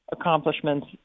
accomplishments